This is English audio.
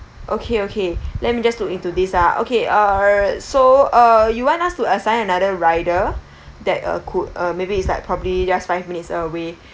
okay okay let me just look into this ah okay uh so uh you want us to assign another rider that uh could uh maybe it's like probably just five minutes away